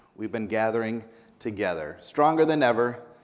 we've been gathering together, stronger than ever,